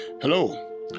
Hello